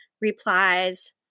replies